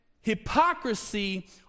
hypocrisy